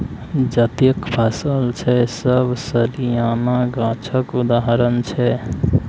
जतेक फसल छै सब सलियाना गाछक उदाहरण छै